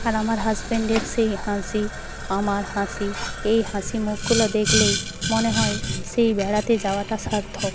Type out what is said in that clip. আর আমার হাসবেন্ডের সেই হাসি আমার হাসি এই হাসি মুখগুলো দেখলেই মনে হয় সেই বেড়াতে যাওয়াটা সার্থক